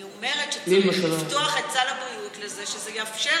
אני אומרת שצריך לפתוח את סל הבריאות ושזה יאפשר